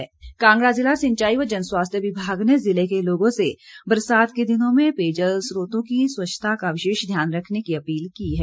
पेयजल स्रोत कांगड़ा ज़िला सिंचाई व जनस्वास्थ्य विभाग ने ज़िले के लोगों से बरसात के दिनों में पेयजल स्रोतों की स्वच्छता का विशेष ध्यान रखने की अपील की है